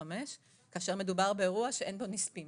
כאשר מדובר באירוע שאין בו נספים.